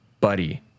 buddy